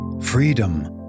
freedom